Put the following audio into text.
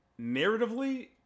narratively